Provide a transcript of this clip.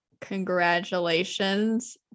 congratulations